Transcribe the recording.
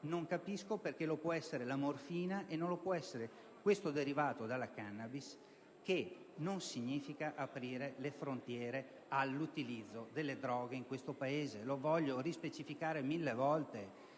Non capisco perché può esserci la morfina e non può esserci questo derivato dalla *cannabis*. Ciò non significa aprire le frontiere all'utilizzo delle droghe in questo Paese. Lo voglio rispecificare mille volte.